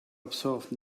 observed